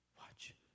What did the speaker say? Watch